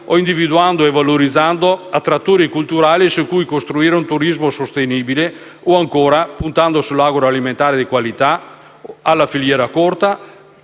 o individuando e valorizzando attrattive culturali su cui costruire un turismo sostenibile o, ancora, puntando sull'agroalimentare di qualità, sulla filiera corta